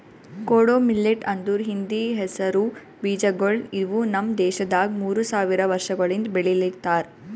ಕೊಡೋ ಮಿಲ್ಲೆಟ್ ಅಂದುರ್ ಹಿಂದಿ ಹೆಸರು ಬೀಜಗೊಳ್ ಇವು ನಮ್ ದೇಶದಾಗ್ ಮೂರು ಸಾವಿರ ವರ್ಷಗೊಳಿಂದ್ ಬೆಳಿಲಿತ್ತಾರ್